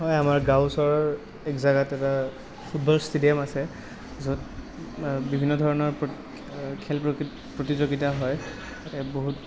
হয় আমাৰ গাঁও ওচৰত এক জেগাত এটা ফুটবল ষ্টেডিয়াম আছে য'ত বিভিন্ন ধৰণৰ খেল প্ৰতিযোগিতা হয় তাতে বহুত